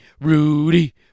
Rudy